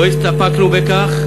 לא הסתפקנו בכך,